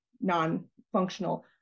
non-functional